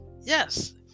Yes